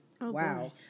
Wow